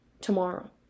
Tomorrow